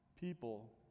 People